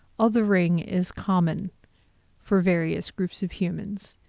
othering is common for various groups of humans,